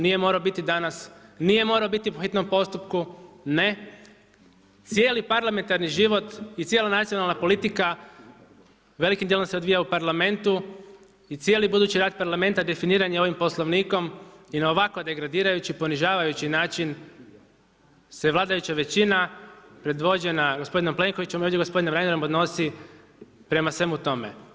Nije morao biti danas, nije morao biti o po hitnom postupku, ne, cijeli parlamentarni život i cijela nacionalna politika velikim dijelom se odvija u Parlamentu i cijeli budući rad Parlamenta definiran je ovim Poslovnikom i na ovako degradirajući ponižavajući način se vladajuća većina predvođena gospodinom Plenkovićem, ovdje gospodinom Reinerom odnosi prema svemu tome.